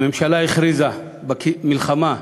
הממשלה הכריזה מלחמה בקצבאות,